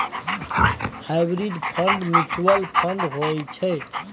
hybrid fund mutual fund होइ छै